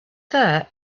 there